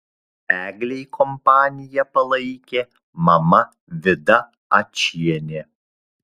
eglei kompaniją palaikė mama vida ačienė